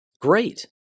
Great